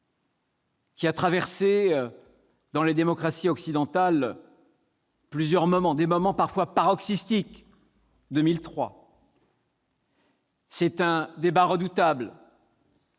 qui a traversé, dans les démocraties occidentales, plusieurs moments- des moments parfois paroxystiques, comme en 2003. C'est un débat redoutable.